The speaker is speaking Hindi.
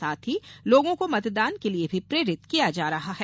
साथ ही लोगों को मतदान के लिये भी प्रेरित किया जा रहा है